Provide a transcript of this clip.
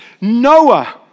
Noah